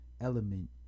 element